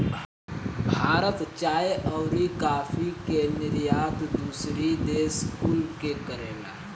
भारत चाय अउरी काफी के निर्यात दूसरी देश कुल के करेला